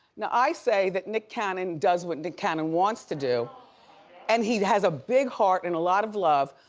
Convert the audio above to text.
now i say that nick cannon does what nick cannon wants to do and he has a big heart and a lot of love.